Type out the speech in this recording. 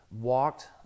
walked